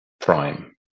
prime